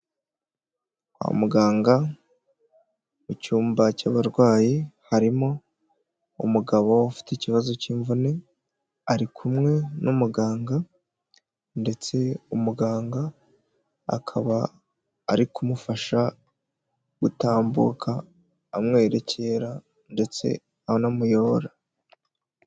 Kwa muganga, mu cyumba cy'abarwayi, harimo umugabo ufite ikibazo cy'imvune, ari kumwe n'umuganga, ndetse umuganga akaba ari kumufasha gutambuka, amwerekera ndetse anamuyobora.